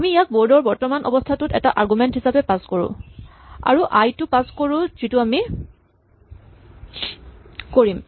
আমি ইয়াক বৰ্ড ৰ বৰ্তমানৰ অৱস্হাটোক এটা আৰগুমেন্ট হিচাপে পাছ কৰো আৰু আই টো পাছ কৰো যিটো আমি কৰিম